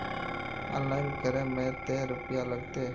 Online करे में ते रुपया लगते?